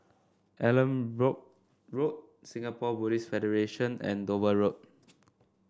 Allanbrooke Road Singapore Buddhist Federation and Dover Road